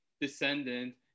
Descendant